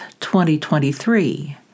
2023